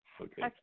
Okay